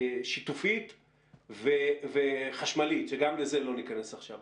שיתופית וחשמלית, שגם לזה לא ניכנס עכשיו.